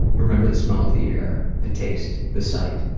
remember the smell of the air, the taste, the sight,